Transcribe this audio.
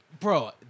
Bro